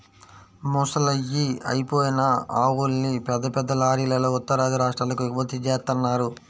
ముసలయ్యి అయిపోయిన ఆవుల్ని పెద్ద పెద్ద లారీలల్లో ఉత్తరాది రాష్ట్రాలకు ఎగుమతి జేత్తన్నారు